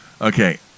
Okay